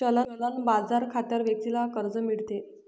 चलन बाजार खात्यावर व्यक्तीला कर्ज मिळते